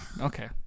okay